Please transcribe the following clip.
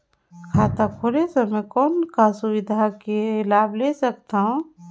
खाता खोले समय कौन का सुविधा के लाभ ले सकथव?